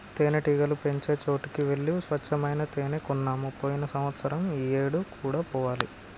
తేనెటీగలు పెంచే చోటికి వెళ్లి స్వచ్చమైన తేనే కొన్నాము పోయిన సంవత్సరం ఈ ఏడు కూడా పోవాలి